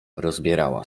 rozbierała